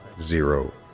zero